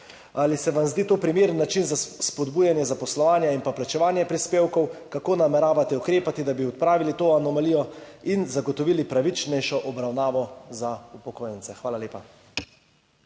Ali se vam zdi to primeren način za spodbujanje zaposlovanja in plačevanja prispevkov? Kako nameravate ukrepati, da bi odpravili to anomalijo in zagotovili pravičnejšo obravnavo za upokojence? Hvala lepa.